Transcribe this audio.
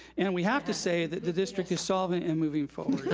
and we have to say that the district is solvent and moving forward.